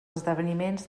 esdeveniments